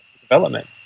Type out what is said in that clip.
development